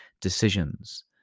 decisions